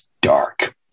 dark